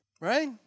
right